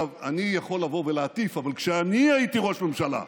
אני יכול לבוא ולהטיף, אבל כשאני הייתי ראש ממשלה,